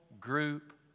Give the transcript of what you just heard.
group